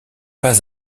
pas